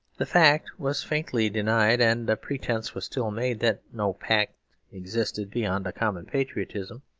the fact was faintly denied, and a pretence was still made that no pact existed beyond a common patriotism.